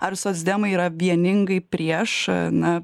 ar socdemai yra vieningai prieš na